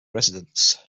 residence